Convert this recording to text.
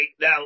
Now